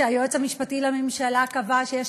אף-על-פי שהיועץ המשפטי לממשלה קבע שיש